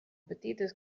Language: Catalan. petites